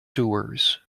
doers